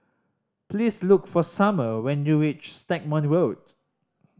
please look for Summer when you reach Stagmont Road